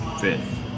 fifth